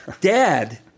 Dad